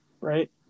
right